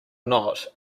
not